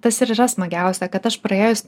tas ir yra smagiausia kad aš praėjus